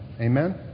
Amen